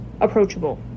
approachable